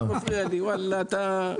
וואלה אתה,